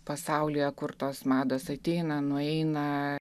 pasaulyje kur tos mados ateina nueina